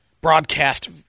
broadcast